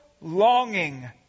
longing